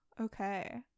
Okay